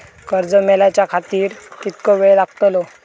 कर्ज मेलाच्या खातिर कीतको वेळ लागतलो?